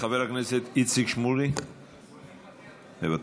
חבר הכנסת איציק שמולי, מוותר,